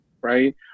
right